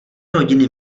rodiny